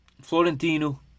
Florentino